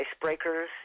icebreakers